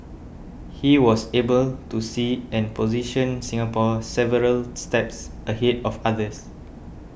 he was able to see and position Singapore several steps ahead of others